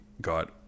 got